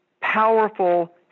powerful